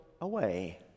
away